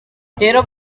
rero